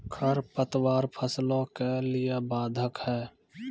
खडपतवार फसलों के लिए बाधक हैं?